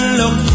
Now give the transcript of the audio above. look